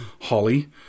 holly